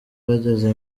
bageze